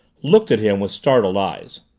looked at him with startled eyes.